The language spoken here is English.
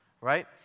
right